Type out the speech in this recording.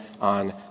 on